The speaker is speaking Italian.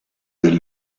del